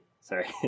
Sorry